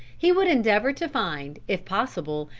he would endeavor to find, if possible,